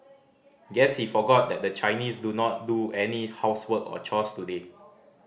guess he forgot that the Chinese do not do any housework or chores today